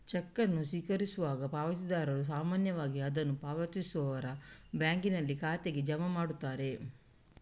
check ಅನ್ನು ಸ್ವೀಕರಿಸುವ ಪಾವತಿದಾರರು ಸಾಮಾನ್ಯವಾಗಿ ಅದನ್ನು ಪಾವತಿಸುವವರ ಬ್ಯಾಂಕಿನಲ್ಲಿ ಖಾತೆಗೆ ಜಮಾ ಮಾಡುತ್ತಾರೆ